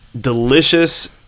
delicious